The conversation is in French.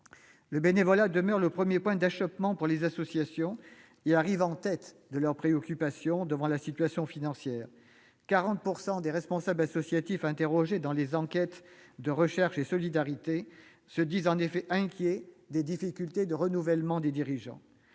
Le bénévolat demeure le premier point d'achoppement pour les associations et arrive en tête de leurs préoccupations, devant la situation financière. En effet, 40 % des responsables associatifs interrogés dans les enquêtes de Recherches et solidarités se disent inquiets des difficultés de renouvellement des dirigeants.